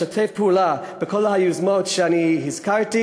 לשתף פעולה בכל היוזמות שהזכרתי,